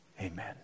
Amen